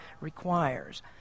requires